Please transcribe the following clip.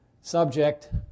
subject